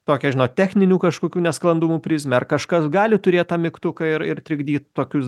tokią žinot techninių kažkokių nesklandumų prizmę ar kažkas gali turėt tą mygtuką ir ir trikdyt tokius